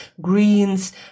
Greens